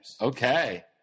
Okay